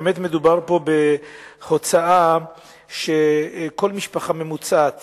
באמת מדובר פה בהוצאה שכל משפחה ממוצעת